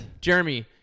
Jeremy